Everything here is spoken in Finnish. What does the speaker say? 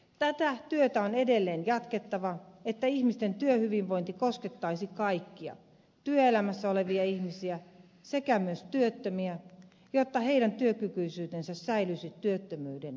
tätä työtä on edelleen jatkettava niin että ihmisten työhyvinvointi koskettaisi kaikkia työelämässä olevia ihmisiä sekä myös työttömiä jotta heidän työkykyisyytensä säilyisi työttömyydestä huolimatta